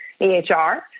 EHR